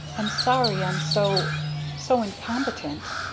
i'm sorry i'm so so incompetent.